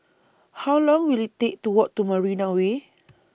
How Long Will IT Take to Walk to Marina Way